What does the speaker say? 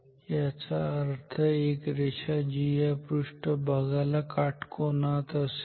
याचा अर्थ एक रेषा जी या पृष्ठभागाला काटकोनात असेल